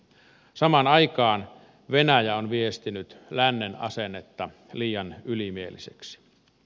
samaan aikaan venäjä on viestinyt lännen asennetta liian ylimieliseksi